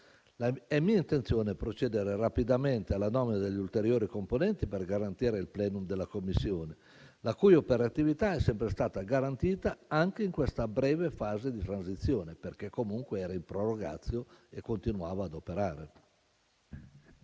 È mia intenzione procedere rapidamente alla nomina degli ulteriori componenti per garantire il *plenum* della commissione, la cui operatività è sempre stata garantita anche in questa breve fase di transizione, perché comunque era in *prorogatio* e continuava ad operare.